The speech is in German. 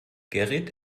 gerrit